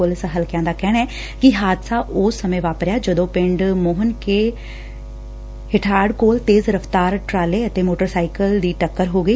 police ਹਲਕਿਆਂ ਦਾ ਕਹਿਣੈ ਕਿ ਹਾਦਸਾ ਉਸ ਸਮੇ ਵਾਪਰਿਆ ਜਦੋ ਂਪਿੰਡ ਮੋਹਨ ਕੇ ਹਿਠਾੜ ਕੋਲ ਤੇਜ਼ ਰਫ਼ਤਾਰ ਟਰਾਲੇ ਅਤੇ ਮੋਟਰ ਸਾਈਕਲ ਦੀ ਟੱਕਰ ਹੋ ਗਈ